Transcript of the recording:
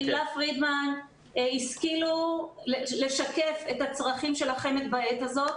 תהלה פרידמן השכילו לשקף את הצרכים של החמ"ד בעת הזאת.